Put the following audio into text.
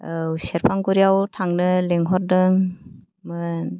औ सेरफांगुरियाव थांनो लेंहरदोंमोन